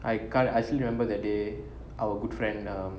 I can't I still remember the day our good friend um